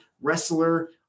wrestler